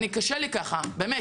אני קשה לי ככה, באמת.